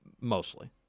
Mostly